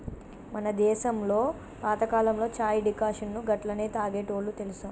మన దేసంలో పాతకాలంలో చాయ్ డికాషన్ను గట్లనే తాగేటోల్లు తెలుసా